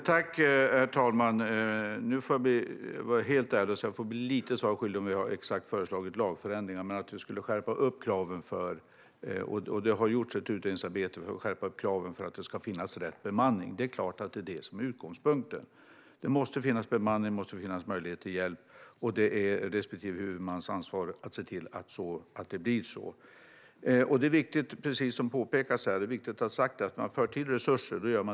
Herr talman! Nu får jag vara helt ärlig och säga att jag får bli lite svaret skyldig när det gäller om vi exakt har föreslagit lagändringar. Men det har gjorts ett utredningsarbete, och vi ska skärpa kraven på att det ska finnas rätt bemanning. Det är såklart utgångspunkten. Det måste finnas bemanning och möjlighet till hjälp. Och det är respektive huvudmans ansvar att se till att det blir så. När man för till resurser gör man det möjligt, vilket också påpekas här.